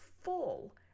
full